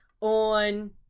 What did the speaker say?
on